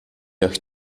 auch